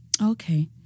okay